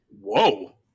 Whoa